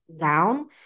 down